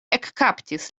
ekkaptis